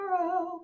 tomorrow